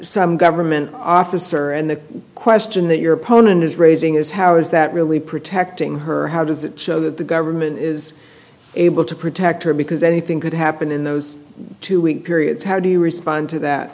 some government officer and the question that your opponent is raising is how is that really protecting her how does it show that the government is able to protect her because anything could happen in those two week periods how do you respond to that